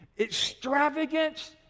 extravagance